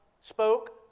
spoke